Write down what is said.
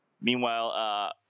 Meanwhile